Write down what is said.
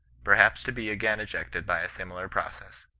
perhaps to be again ejected by a similar process.